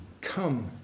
come